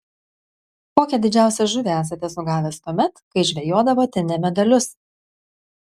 kokią didžiausią žuvį esate sugavęs tuomet kai žvejodavote ne medalius